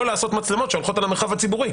להניח מצלמות שצופות על המרחב הציבורי,